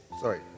Sorry